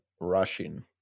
rushing